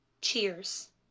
cheers